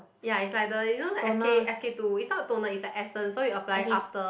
ya is like the you know like the S_K S_K two is not toner is like essence so you apply after